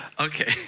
Okay